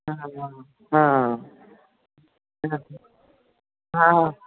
हा हा हा हा हा